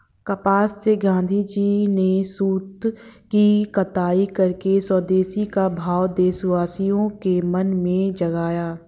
कपास से गाँधीजी ने सूत की कताई करके स्वदेशी का भाव देशवासियों के मन में जगाया